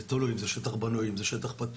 זה תלוי אם זה שטח בנוי או אם זה שטח פתוח,